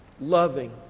loving